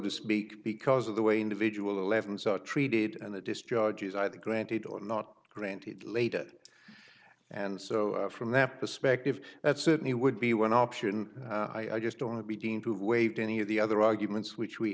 to speak because of the way individual eleven's are treated and the discharge is either granted or not granted later and so from that perspective that certainly would be one option i just don't to be deemed to have waived any of the other arguments which we